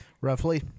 Roughly